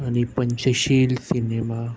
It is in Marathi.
आणि पंचशील सिनेमा